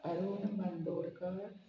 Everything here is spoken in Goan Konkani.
अरुण बांदोडकार